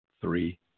three